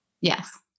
yes